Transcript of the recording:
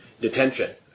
detention